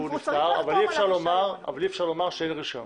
נפטר אבל אי אפשר לומר אין רישיון.